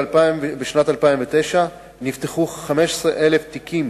בשנת 2009 נפתחו 15,000 תיקים